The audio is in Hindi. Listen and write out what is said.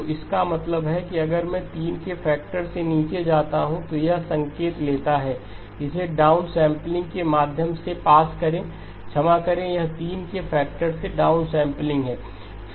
तो इसका मतलब है कि अगर मैं 3 के फैक्टर से नीचे जाता हूं तो यह संकेत लेता है इसे डाउनसमलिंग के माध्यम से पास करें क्षमा करें यह 3 के फैक्टर से डाउनसैंपलिंग है